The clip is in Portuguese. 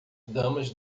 damas